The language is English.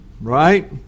right